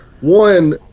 one